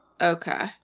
okay